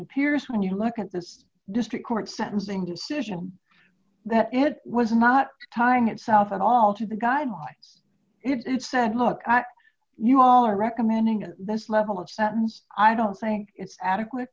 appears when you look at this district court sentencing decision that it was not time itself at all to the guidelines it said look at you are recommending at this level of sentence i don't think it's adequate